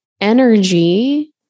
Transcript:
energy